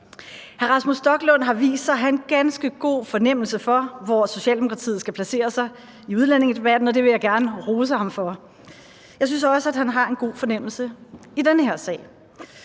Hr. Rasmus Stoklund har vist sig at have en ganske god fornemmelse for, hvor Socialdemokratiet skal placere sig i udlændingedebatten, og det vil jeg gerne rose ham for. Jeg synes også, at han har en god fornemmelse i den her sag.